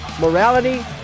morality